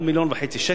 עד מיליון וחצי שקל,